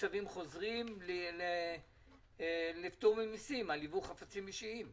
תושבים חוזרים לפטור ממסים על ייבוא חפצים אישיים.